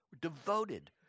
devoted